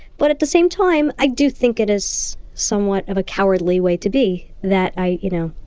but at the same time i do think it is somewhat of a cowardly way to be that i, you know,